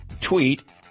tweet